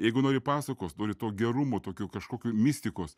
jeigu nori pasakos nori to gerumo tokio kažkokio mistikos